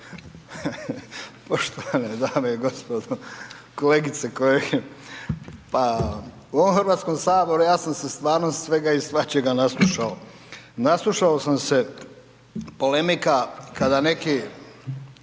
Poštovane dame i gospodo, kolegice i kolege. Pa u ovom Hrvatskom saboru ja sam se stvarno svega i svačega naslušao. Naslušao sam se polemika kada neki,